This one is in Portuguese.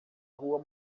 rua